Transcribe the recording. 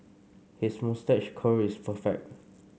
his moustache curl is perfect